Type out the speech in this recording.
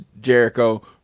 Jericho